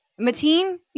Mateen